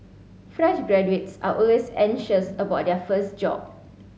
fresh graduates are always anxious about their first job